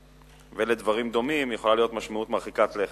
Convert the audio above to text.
ולדברים דומים יכולה להיות משמעות מרחיקת לכת.